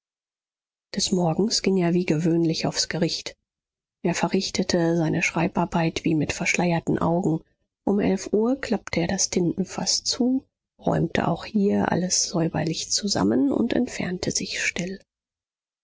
des morgens ging er wie gewöhnlich aufs gericht er verrichtete seine schreibarbeit wie mit verschleierten augen um elf uhr klappte er das tintenfaß zu räumte auch hier alles säuberlich zusammen und entfernte sich still